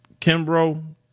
Kimbrough